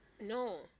No